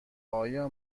آیا